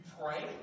pray